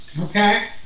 okay